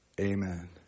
Amen